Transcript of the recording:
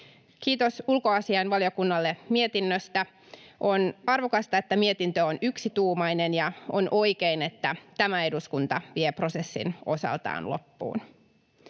Kiitos ulkoasiainvaliokunnalle mietinnöstä. On arvokasta, että mietintö on yksituumainen, ja on oikein, että tämä eduskunta vie prosessin osaltaan loppuun.